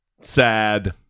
sad